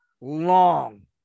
long